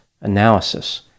analysis